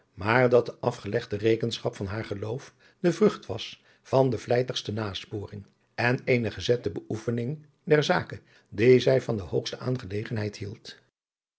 maar dat de afgelegde rekenschap van haar geloof de vrucht was van de vlijtigste nasporing en eene gezette beoefening der zake die zij van de hoogste aangelegenheid hield